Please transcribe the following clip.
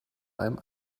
einem